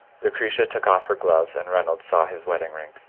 lucretia took off her gloves, and reynolds saw his wedding-ring.